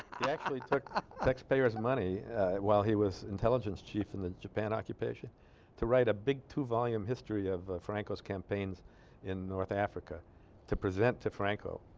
actually took taxpayers money while he was intelligence chief of and the japan occupation to write a big two volume history of franco's campaigns in north africa to present to franco